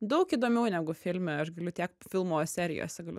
daug įdomiau negu filme aš galiu tiek filmo serijose galiu